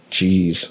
Jeez